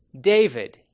David